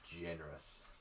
generous